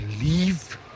leave